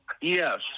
Yes